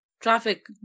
Traffic